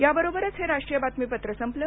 याबरोबरच हे राष्ट्रीय बातमीपत्र संपलं